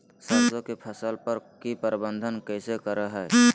सरसों की फसल पर की प्रबंधन कैसे करें हैय?